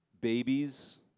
babies